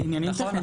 זה עניינים טכניים.